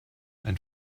ein